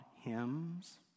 hymns